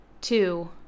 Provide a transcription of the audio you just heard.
Two